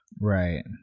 Right